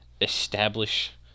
establish